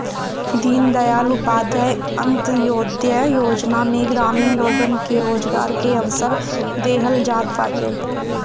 दीनदयाल उपाध्याय अन्त्योदय योजना में ग्रामीण लोगन के रोजगार के अवसर देहल जात बाटे